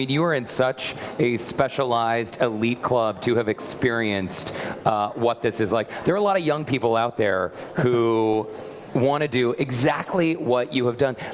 you were in such a specialized elite club to have experienced what this is like. there are a lot of young people out there who want to do exactly what you have done.